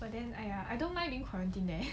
but then !aiya! I don't mind being quarantine there